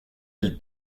elle